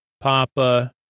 Papa